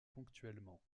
ponctuellement